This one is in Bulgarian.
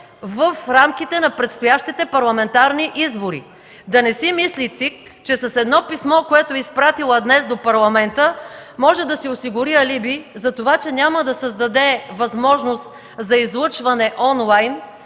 в рамките на предстоящите парламентарни избори. Да не си мисли ЦИК, че с едно писмо, което е изпратила днес до Парламента, може да си осигури алиби за това, че няма да създаде възможност за онлайн